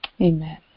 Amen